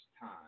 time